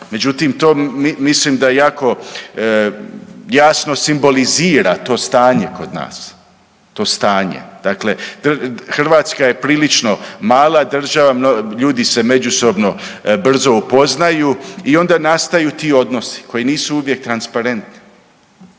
Međutim to mislim da je jako, jasno simbolizira to stanje kod nas. To stanje. Dakle, Hrvatska je prilično mala država, ljudi se međusobno brzo upoznaju i onda nastaju ti odnosi, koji nisu uvijek transparentni.